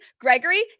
Gregory